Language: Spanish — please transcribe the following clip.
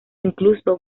incluso